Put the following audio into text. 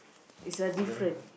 is a different